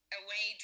away